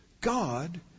God